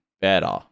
better